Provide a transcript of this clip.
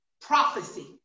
prophecy